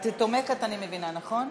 את תומכת, אני מבינה, נכון?